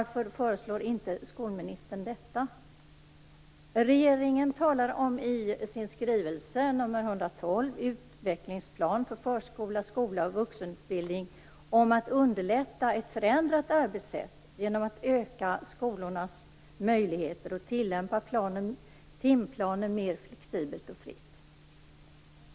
Regeringen framhåller i sin skrivelse nr 112 Utvecklingsplan för förskola, skola och vuxenutbildning om att underlätta ett förändrat arbetssätt genom att öka skolornas möjligheter och tillämpa timplanen mer flexibelt och fritt.